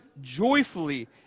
joyfully